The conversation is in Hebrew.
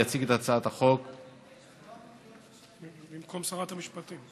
יציג את הצעת החוק במקום שרת המשפטים.